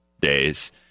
days